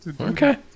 Okay